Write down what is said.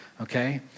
Okay